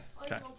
Okay